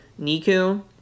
Niku